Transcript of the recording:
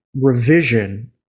revision